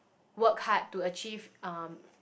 work hard to achieve um